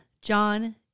John